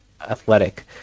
Athletic